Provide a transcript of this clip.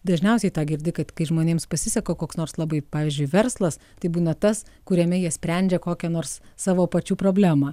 dažniausiai girdi kad kai žmonėms pasiseka koks nors labai pavyzdžiui verslas tai būna tas kuriame jie sprendžia kokią nors savo pačių problemą